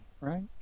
right